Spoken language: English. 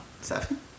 Seven